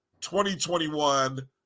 2021